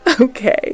Okay